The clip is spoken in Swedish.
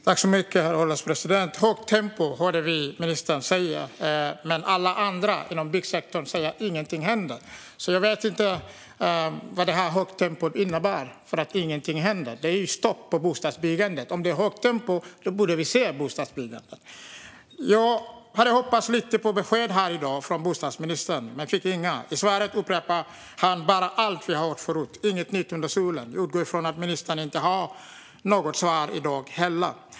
Herr ålderspresident! Högt tempo, hörde vi ministern säga. Men alla andra inom byggsektorn säger att ingenting händer. Jag vet inte vad högt tempo innebär, för ingenting händer. Det är stopp i bostadsbyggandet. Om det är högt tempo borde vi se bostadsbyggande. Jag hoppades lite på besked från bostadsministern här i dag men fick inga. I svaret upprepar han bara allt vi hört förut, inget nytt under solen. Jag utgår från att ministern inte har något svar i dag heller.